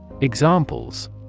Examples